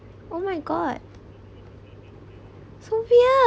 oh my god so weird